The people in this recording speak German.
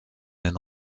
den